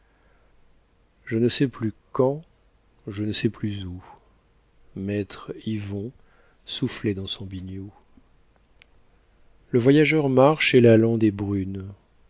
je ne sais plus quand je ne sais plus où maître yvon soufflait dans son biniou le voyageur marche et la lande est brune